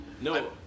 No